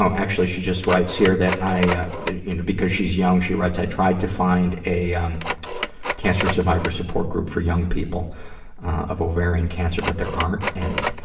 so actually, she just writes here that i because she's young, she writes, i tried to find a um cancer survivors support group for young people of ovarian cancer but there aren't any.